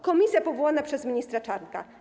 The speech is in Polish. Komisja powołana przez ministra Czarnka.